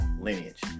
lineage